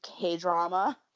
K-drama